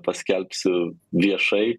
paskelbsiu viešai